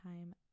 time